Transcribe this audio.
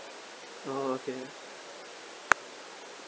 orh okay